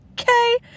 okay